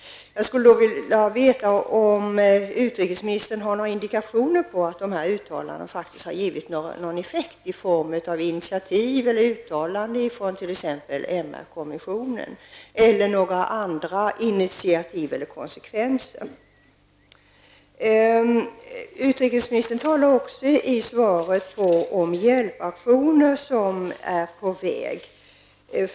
Jag skulle dock vilja veta om utrikesministern har några indikationer på att uttalandena faktiskt har givit någon effekt, i form av initiativ eller uttalanden från t.ex. MR-kommissionen, eller några andra konsekvenser. Utrikesministern talar i svaret också om hjälpaktioner som är på väg.